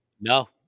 No